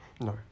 No